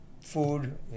food